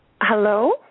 Hello